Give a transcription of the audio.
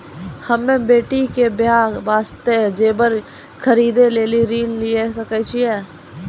हम्मे बेटी के बियाह वास्ते जेबर खरीदे लेली ऋण लिये सकय छियै?